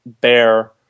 Bear